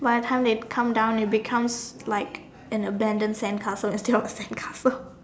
by the time they come down it becomes like an abandoned sandcastle instead of a sandcastle